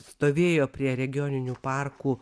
stovėjo prie regioninių parkų